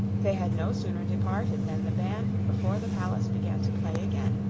they had no sooner departed than the band before the palace began to play again,